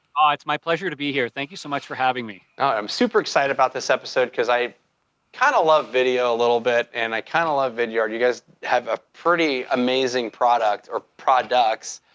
ah it's my pleasure to be here. thank you so much for having me. i'm super excited about this episode cause i kind of love video a little bit and i kind of love vidyard. you guys have a pretty amazing product or products,